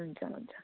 हुन्छ हुन्छ